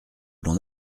l’on